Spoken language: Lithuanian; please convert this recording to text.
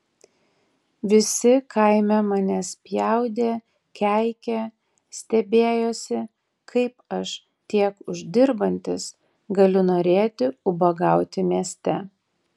visi kaime mane spjaudė keikė stebėjosi kaip aš tiek uždirbantis galiu norėti ubagauti mieste